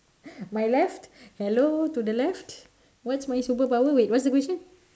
my left hello to the left what's my superpower wait what's the question